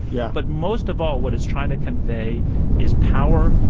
yeah, but most of all, what it's trying to convey is power,